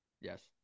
Yes